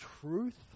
truth